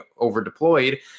overdeployed